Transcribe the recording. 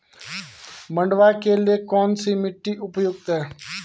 मंडुवा के लिए कौन सी मिट्टी उपयुक्त है?